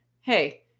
Hey